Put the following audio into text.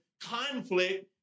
conflict